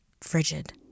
frigid